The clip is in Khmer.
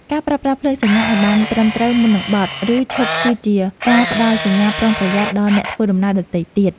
ការប្រើប្រាស់ភ្លើងសញ្ញាឱ្យបានត្រឹមត្រូវមុននឹងបត់ ឬឈប់គឺជាការផ្ដល់សញ្ញាប្រុងប្រយ័ត្នដល់អ្នកធ្វើដំណើរដទៃទៀត។